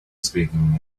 speaking